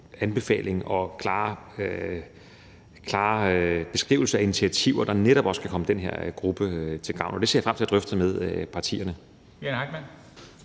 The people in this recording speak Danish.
en klar beskrivelse af initiativer, der netop også kan komme den her gruppe til gavn. Det ser jeg frem til at drøfte med partierne.